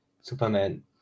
Superman